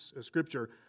Scripture